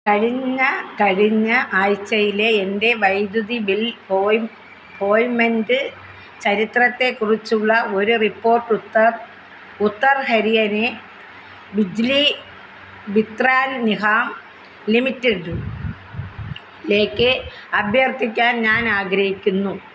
കഴിഞ്ഞ കഴിഞ്ഞ ആഴ്ച്ചയിലെ എന്റെ വൈദ്യുതി ബിൽ പോയിൻമെൻറ്റ് ചരിത്രത്തെക്കുറിച്ചുള്ള ഒരു റിപ്പോർട്ട് ഉത്തർ ഉത്തർ ഹരിയനേ ബിജ്ലി വിത്രാൻ നിഹാം ലിമിറ്റഡ്ലേക്ക് അഭ്യർത്ഥിക്കാൻ ഞാൻ ആഗ്രഹിക്കുന്നു